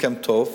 הסכם טוב,